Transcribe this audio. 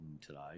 today